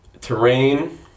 Terrain